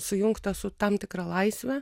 sujungtą su tam tikra laisve